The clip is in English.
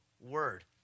word